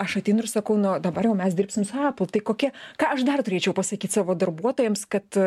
aš ateinu ir sakau nuo dabar mes dirbsime su apple tai kokia ką aš dar turėčiau pasakyt savo darbuotojams kad